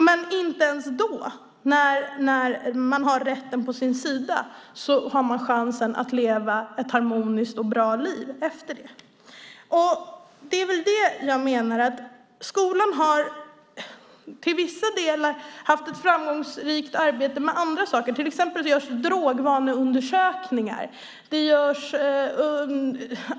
Men inte ens när man har rätten på sin sida har man chansen att leva ett harmoniskt och bra liv efteråt. Skolan har till vissa delar haft ett framgångsrikt arbete med andra saker. Till exempel görs drogvaneundersökningar.